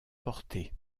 portée